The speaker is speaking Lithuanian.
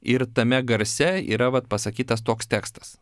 ir tame garse yra vat pasakytas toks tekstas